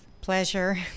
Pleasure